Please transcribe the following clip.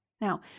Now